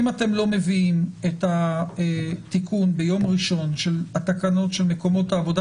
אם אתם לא מביאים את התיקון ביום ראשון של התקנות של מקומות העבודה